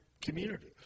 community